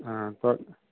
ਹਾਂ ਪਰ